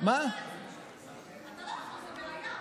זו בעיה,